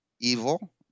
evil